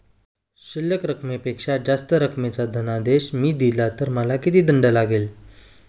शिल्लक रकमेपेक्षा जास्त रकमेचा धनादेश मी दिला तर मला किती दंड लागेल?